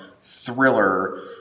thriller